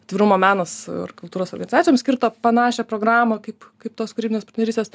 atvirumo menas ir kultūros organizacijoms skirtą panašią programą kaip kaip tos kūrybinės partnerystės